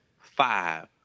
five